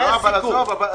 היה סיכום.